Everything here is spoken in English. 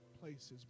places